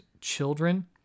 children